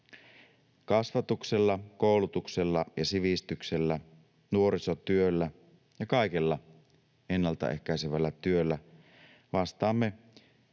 Kasvatuksella, koulutuksella ja sivistyksellä, nuorisotyöllä ja kaikella ennaltaehkäisevällä työllä vastaamme